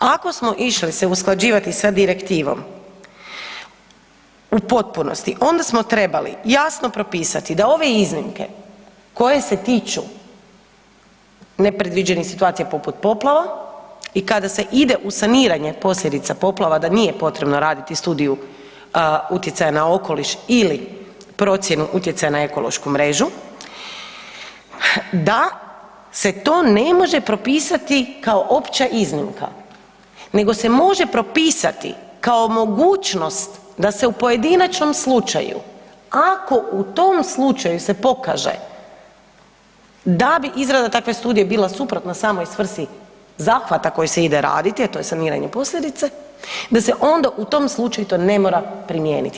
Ako smo išli se usklađivati sa direktivom u potpunosti, onda smo trebali jasno propisati da ove iznimke koje se tiču nepredviđenih situacija poput poplava i kada se ide u saniranje posljedica poplava da nije potrebno raditi studiju utjecaja na okoliš ili procjenu utjecaja na ekološku mrežu da se to ne može propisati kao opća iznimka nego se može propisati kao mogućnost da se u pojedinačnom slučaju ako u tom slučaju se pokaže da bi izrada takve studije bila suprotna samoj svrsi zahvata koji se ide raditi, a to je saniranje posljedice, da se onda u tom slučaju to ne mora primijeniti.